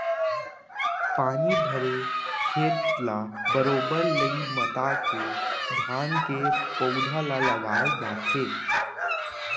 पानी भरे खेत ल बरोबर लई मता के धान के पउधा ल लगाय जाथे